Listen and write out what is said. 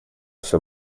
всё